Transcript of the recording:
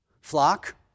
Flock